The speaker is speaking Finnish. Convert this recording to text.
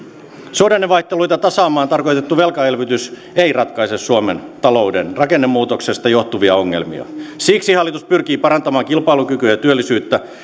suhdannevaihteluita tasaamaan tarkoitettu velkaelvytys ei ratkaise suomen talouden rakennemuutoksesta johtuvia ongelmia siksi hallitus pyrkii parantamaan kilpailukykyä ja työllisyyttä